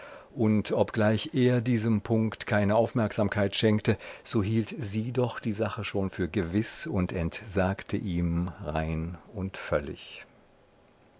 und obgleich er diesem punkt keine aufmerksamkeit schenkte so hielt sie doch die sache schon für gewiß und entsagte ihm rein und völlig